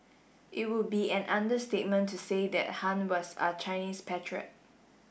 it would be an understatement to say that Han was a Chinese patriot